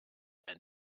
and